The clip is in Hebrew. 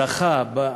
"זכה"